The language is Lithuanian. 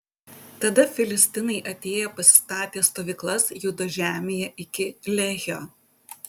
tada filistinai atėję pasistatė stovyklas judo žemėje iki lehio